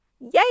yay